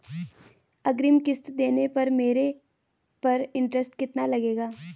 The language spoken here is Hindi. अग्रिम किश्त देने पर मेरे पर इंट्रेस्ट कितना लगेगा?